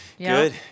Good